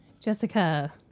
Jessica